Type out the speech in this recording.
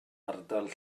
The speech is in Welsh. ardal